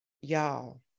y'all